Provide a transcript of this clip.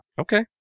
Okay